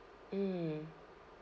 mm